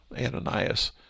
Ananias